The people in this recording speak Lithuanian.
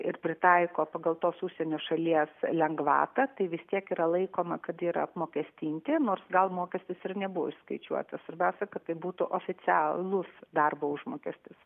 ir pritaiko pagal tos užsienio šalies lengvatą tai vis tiek yra laikoma kad yra apmokestinti nors gal mokestis ir nebuvo išskaičiuotas svarbiausia kad tai būtų oficialus darbo užmokestis